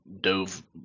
dove